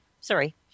sorry